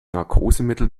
narkosemittel